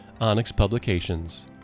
onyxpublications